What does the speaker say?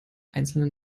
einzelnen